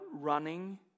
running